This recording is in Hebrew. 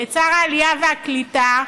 את שר העלייה והקליטה,